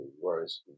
whereas